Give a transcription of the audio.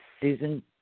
Susan